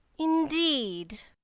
indeed?